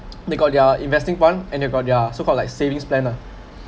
they got their investing one and they got their so called like savings plan lah